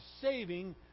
saving